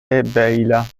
problema